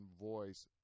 voice